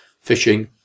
fishing